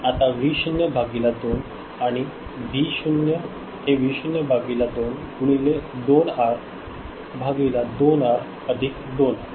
आणि आता व्ही 0 भागिले 2 आणि हे व्ही 0 भागिले 2 गुणिले 2 आर भागिले 2 आर अधिक 2 आर